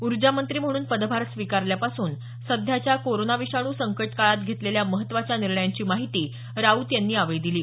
ऊर्जामंत्री म्हणून पदभार स्विकारल्यापासून सध्याच्या कोरोना विषाणू संकट काळात घेतलेल्या महत्वाच्या निर्णयांची माहिती राऊत यांनी यावेळी दिली